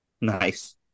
nice